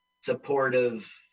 supportive